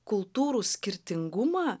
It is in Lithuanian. kultūrų skirtingumą